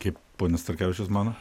kaip pone starkevičius mano